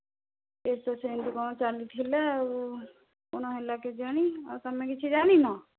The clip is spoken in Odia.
ଏଇତ ସେମିତି କ'ଣ ଚାଲିଥିଲା ଆଉ କ'ଣ ହେଲା କେଜାଣି ଆଉ ତୁମେ କିଛି ଜାଣିନ